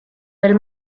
del